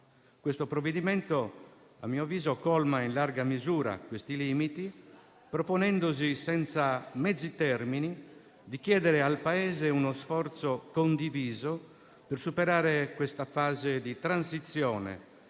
a mio avviso - colma in larga misura questi limiti, proponendosi senza mezzi termini di chiedere al Paese uno sforzo condiviso per superare questa fase di transizione